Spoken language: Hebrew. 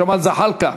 ג'מאל זחאלקה,